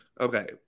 Okay